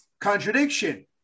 contradiction